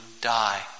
die